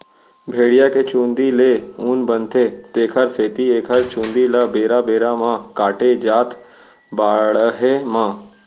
भेड़िया के चूंदी ले ऊन बनथे तेखर सेती एखर चूंदी ल बेरा बेरा म काटे जाथ बाड़हे म